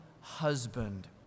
husband